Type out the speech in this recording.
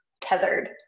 tethered